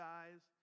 eyes